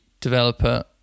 developer